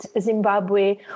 Zimbabwe